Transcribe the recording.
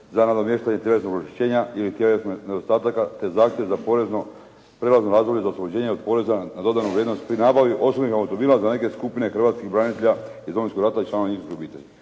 za nadomještanje tjelesnog oštećenja ili tjelesnih nedostataka te zahtjev za prijelazno razdoblje od oslobođenja od poreza na dodanu vrijednost pri nabavi osobnih automobila za neke skupine hrvatskih branitelja iz Domovinskog rata i članove njihovih obitelji.